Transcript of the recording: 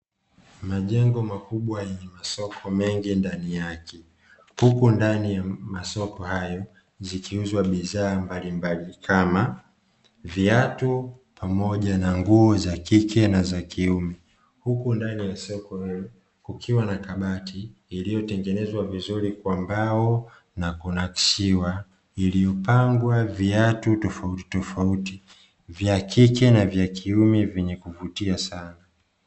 Majengo makubwa yenye masoko mengi ndani yake huko ndani ya masoko hayo zikiuzwa bidhaa mbalimbali, kama viatu pamoja na nguo za kike na za kiume huku ndani ya soko kukiwa na kabati iliyotengenezwa vizuri kwa mbao na kunakishiwa iliyopangwa viatu tofauti tofauti vya kike na vya kiume vyenye kuvutia sana.